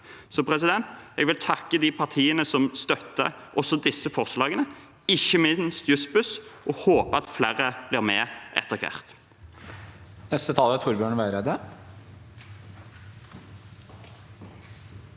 kontrollert. Jeg vil takke de partiene som støtter også disse forslagene, ikke minst Jussbuss, og håper at flere blir med etter hvert.